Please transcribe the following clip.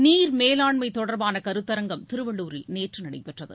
நீர்மேலாண்மை தொடர்பான கருத்தரங்கம் திருவள்ளுரில் நேற்று நடைபெற்றது